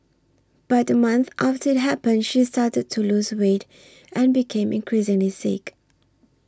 but a month after it happened she started to lose weight and became increasingly sickly